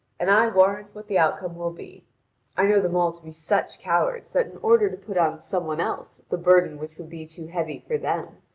and i warrant what the outcome will be i know them all to be such cowards that in order to put on some one else the burden which would be too heavy for them,